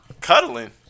Cuddling